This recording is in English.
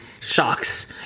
shocks